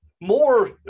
more